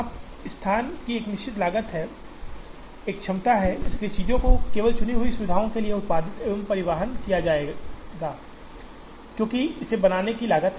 अब जिस समय यहां स्थान की एक निश्चित लागत है एक क्षमता है इसलिए चीजों को केवल चुनी हुई सुविधाओं के लिए उत्पादित और परिवहन किया जाना है क्योंकि इसे बनाने की लागत है